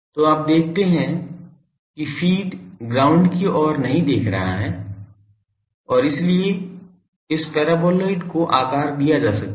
तो आप देखते हैं कि फ़ीड ग्राउंड की ओर नहीं देख रहा है और इसलिए इस पैराबोलाइड को आकार दिया जा सकता है